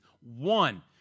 one